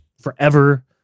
forever